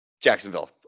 Jacksonville